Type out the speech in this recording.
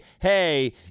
hey